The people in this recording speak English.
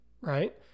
Right